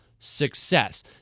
success